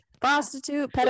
Prostitute